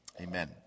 Amen